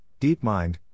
DeepMind